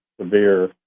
severe